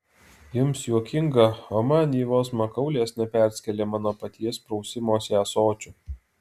jums juokinga o man ji vos makaulės neperskėlė mano paties prausimosi ąsočiu